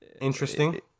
Interesting